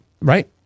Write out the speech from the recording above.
Right